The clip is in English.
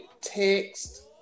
text